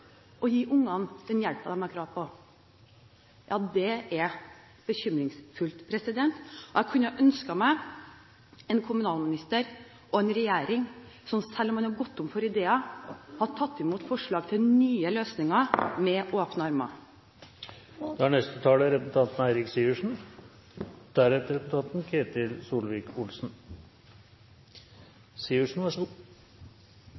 å gi ungene den hjelpen de har krav på, er bekymringsfullt. Jeg kunne ønsket meg en kommunalminister og en regjering som selv om de har gått tom for ideer, hadde tatt imot forslag til nye løsninger med åpne armer. Det var representanten Trond Helleland som fikk meg til å ta ordet. Representanten